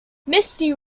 misty